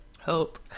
Hope